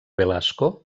velasco